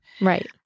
Right